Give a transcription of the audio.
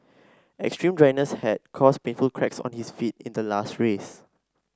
extreme dryness had caused painful cracks on his feet in the last race